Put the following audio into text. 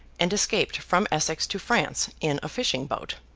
and escaped from essex to france in a fishing-boat.